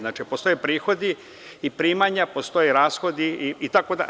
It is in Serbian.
Znači, postoje prihodi i primanja, postoje rashodi itd.